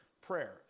prayer